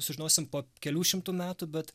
sužinosim po kelių šimtų metų bet